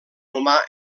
humà